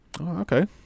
okay